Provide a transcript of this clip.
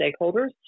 stakeholders